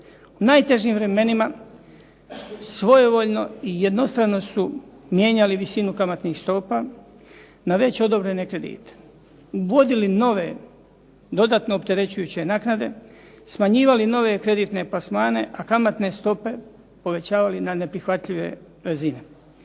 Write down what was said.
Najtežim vremenima svojevoljno i jednostrano su mijenjali visinu kamatnih stopa na već odobrene kredite, uvodili nove dodatno opterećujuće naknade, smanjivali nove kreditne plasmane, a kamatne stope povećavali na neprihvatljive razine.